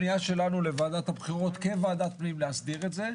פנייה שלנו לוועדת הבחירות כוועדת פנים להסדיר את זה.